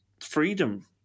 freedom